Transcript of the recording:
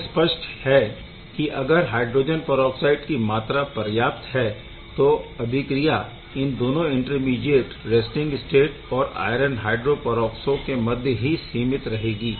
यह स्पष्ट है की अगर हायड्रोजन परऑक्साइड की मात्रा पर्याप्त है तो अभिक्रिया इन दोनों इंटरमीडीएट रैस्टिंग स्टेट और आयरन हायड्रो परऑक्सो के मध्य ही सीमित रहेगी